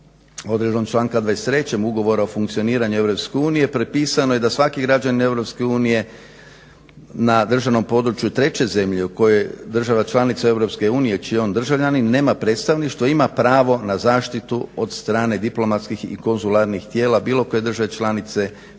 Odredbom članka 23.ugovora o funkcioniranju EU prepisano je da svaki građanin EU na državnom području treće zemlje u kojoj država članica EU čijom državljanin nema predstavništvo ima pravo na zaštitu od strane diplomatskih i konzularnih tijela bilo koje države članice pod